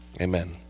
Amen